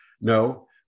No